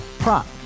Prop